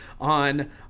on